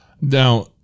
Now